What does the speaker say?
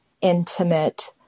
intimate